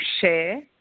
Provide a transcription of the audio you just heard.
share